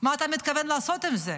מה אתה מתכוון לעשות עם זה?